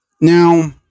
now